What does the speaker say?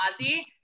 Ozzy